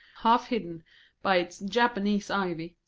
half hidden by its japanese ivy,